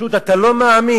פשוט אתה לא מאמין,